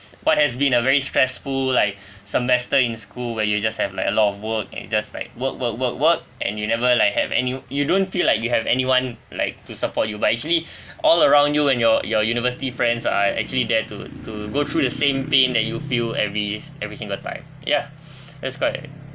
what has been a very stressful like semester in school where you just have like a lot of work and just like work work work work and you never like have any you don't feel like you have anyone like to support you but actually all around you and your your university friends are actually there to to go through the same pain that you feel every every single time ya that's correct